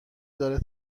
داره